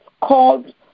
called